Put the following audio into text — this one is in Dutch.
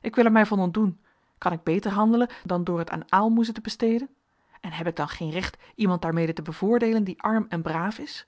ik wil er mij van ontdoen kan ik beter handelen dan door het aan aalmoezen te besteden en heb ik dan geen recht iemand daarmede te bevoordeelen die arm en braaf is